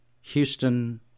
Houston